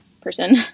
person